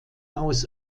aus